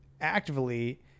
actively